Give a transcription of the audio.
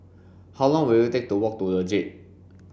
how long will it take to walk to The Jade